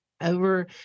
over